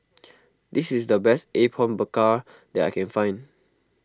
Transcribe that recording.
this is the best Apom Berkuah that I can find